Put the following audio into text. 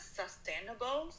sustainable